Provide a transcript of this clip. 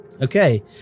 Okay